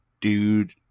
dude